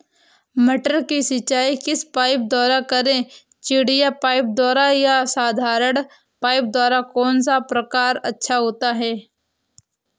मटर की सिंचाई किस पाइप द्वारा करें चिड़िया पाइप द्वारा या साधारण पाइप द्वारा कौन सा प्रकार अच्छा होता है?